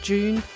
June